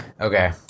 Okay